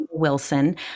Wilson